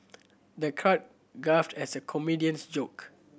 the crowd guffawed the comedian's joke